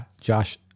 Josh